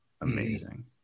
amazing